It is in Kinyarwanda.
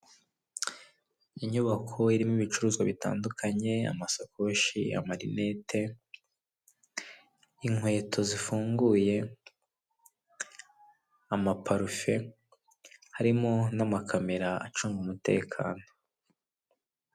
Inyubako irimo ibicuruzwa bitandukanye amasakoshi, amarinete, inkweto zifunguye, amaparufe harimo n'amakamera acunga umutekano.